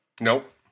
Nope